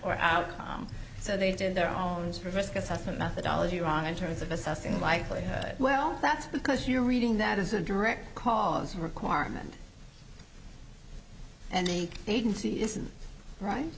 or out so they did their own sort of risk assessment methodology wrong in terms of assessing likely well that's because you're reading that is a direct cause requirement and the agency isn't right